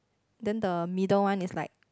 then the middle one is like